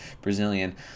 brazilian